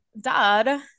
dad